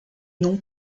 nom